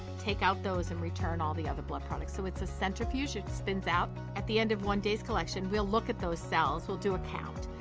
take out those and return all the other blood products. so it's a centrifuge it spins out. at the end of one day's collection we'll look at those cells, we'll do a count,